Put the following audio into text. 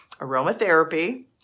Aromatherapy